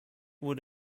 would